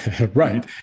Right